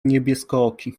niebieskooki